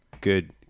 Good